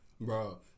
Bro